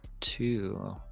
two